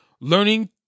learning